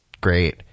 great